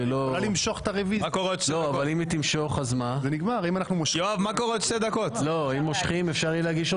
אני חושב עכשיו שאם באמת הוא יגיד את